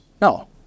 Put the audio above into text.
No